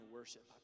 worship